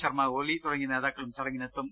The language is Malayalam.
ശർമ്മ ഓലി തുടങ്ങിയ നേതാക്കളും ചടങ്ങിനെത്തും